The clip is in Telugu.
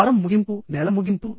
వారం ముగింపు నెల ముగింపు